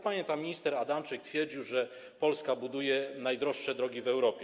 Pamiętam, jak minister Adamczyk twierdził, że Polska buduje najdroższe drogi w Europie.